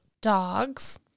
dogs